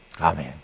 Amen